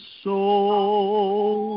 soul